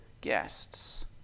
guests